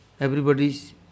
everybody's